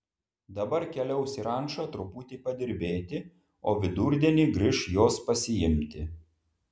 dabar keliaus į rančą truputį padirbėti o vidurdienį grįš jos pasiimti